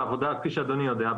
כפי שאדוני יודע,